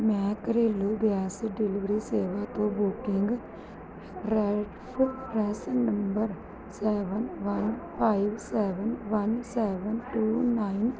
ਮੈਂ ਘਰੇਲੂ gas delivery ਸੇਵਾ 'ਤੇ booking reference number seven one five seven one seven two nine